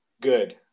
Good